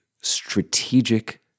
strategic